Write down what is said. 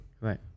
Right